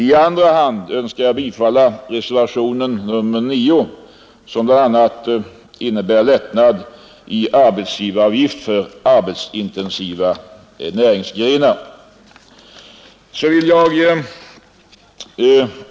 I andra hand yrkar jag bifall till reservationen 9 som bl.a. innebär lättnader i arbetsgivaravgiften för arbetsintensiva näringsgrenar.